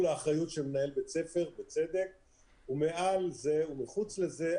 האחריות של מנהל בית הספר ומעל זה ומחוץ לזה,